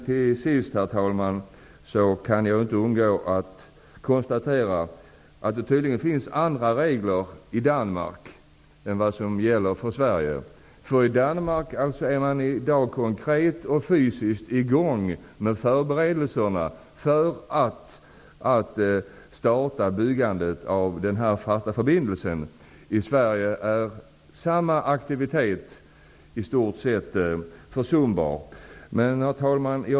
Till sist, herr talman, måste jag konstatera att det tydligen finns andra regler i Danmark än i Sverige. I Danmark har man alltså i dag konkret och fysiskt satt i gång med förberedelserna för byggandet av den fasta förbindelsen. I Sverige är den aktiviteten i stort sett försumbar.